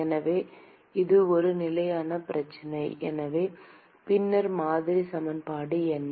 எனவே இது ஒரு நிலையான பிரச்சனை பின்னர் மாதிரி சமன்பாடு என்ன